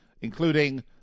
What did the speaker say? including